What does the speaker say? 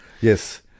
Yes